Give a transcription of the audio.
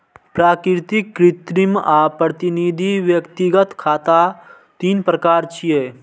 प्राकृतिक, कृत्रिम आ प्रतिनिधि व्यक्तिगत खाता तीन प्रकार छियै